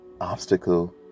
obstacle